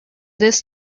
this